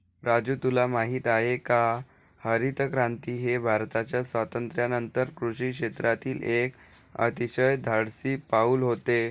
राजू तुला माहित आहे का हरितक्रांती हे भारताच्या स्वातंत्र्यानंतर कृषी क्षेत्रातील एक अतिशय धाडसी पाऊल होते